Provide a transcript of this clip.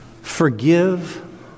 forgive